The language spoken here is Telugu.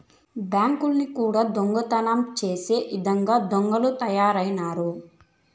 బ్యాంకుల్ని కూడా దొంగతనం చేసే ఇదంగా దొంగలు తయారైనారు